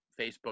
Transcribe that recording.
Facebook